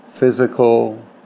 physical